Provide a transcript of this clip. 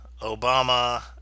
Obama